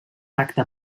tacte